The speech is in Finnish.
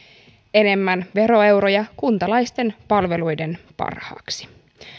enemmän veroeuroja kuntalaisten palveluiden parhaaksi